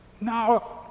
No